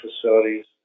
facilities